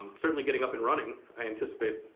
certainly getting up and running i anticipate,